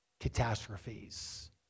catastrophes